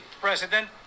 president